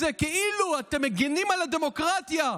את זה כאילו אתם מגינים על הדמוקרטיה.